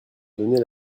donné